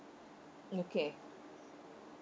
okay